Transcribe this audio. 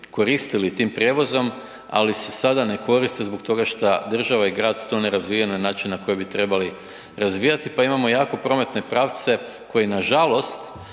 koristili tim prijevozom ali se sada ne koriste zbog toga šta država i grad to razvija na način na koji bi trebali razvijati pa imamo jako prometne pravce koji nažalost